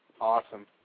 Awesome